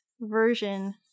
version